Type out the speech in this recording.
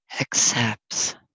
accepts